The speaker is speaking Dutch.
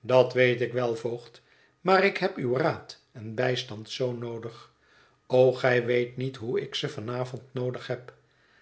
dat weet ik wel voogd maar ik heb uw raad en bijstand zoo noodig o gij weet niet hoe ik ze van avond noodig heb